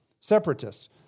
Separatists